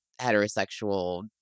heterosexual